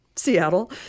Seattle